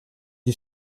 est